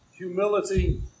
Humility